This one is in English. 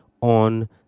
on